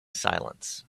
silence